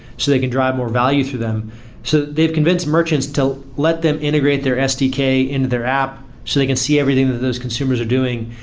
so they can drive more value through them so they've convinced merchants to let them integrate their sdk into their app, so they can see everything that those consumers are doing.